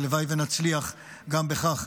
הלוואי שנצליח גם בכך.